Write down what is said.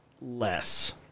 less